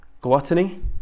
Gluttony